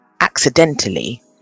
accidentally